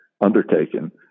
undertaken